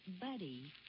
buddy